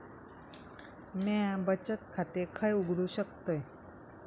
म्या बचत खाते खय उघडू शकतय?